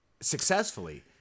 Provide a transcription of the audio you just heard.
Successfully